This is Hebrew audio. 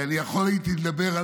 אני יכול לדבר,